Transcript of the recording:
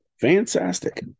Fantastic